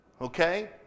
Okay